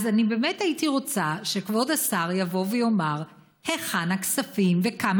אז אני באמת הייתי רוצה שכבוד השר יבוא ויאמר היכן הכספים וכמה